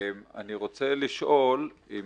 אני רוצה לשאול אם